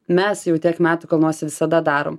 mes jau tiek metų kalnuose visada darom